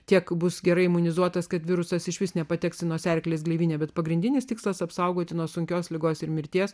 tiek bus gerai imunizuotas kad virusas išvis nepateks į nosiaryklės gleivinę bet pagrindinis tikslas apsaugoti nuo sunkios ligos ir mirties